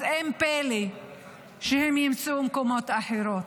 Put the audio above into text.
אז אין פלא שהם ימצאו מקומות אחרים.